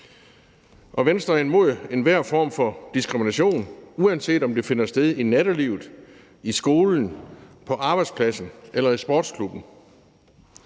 Og Venstre er imod enhver form for diskrimination, uanset om den finder sted i nattelivet, i skolen, på arbejdspladsen eller i sportsklubben.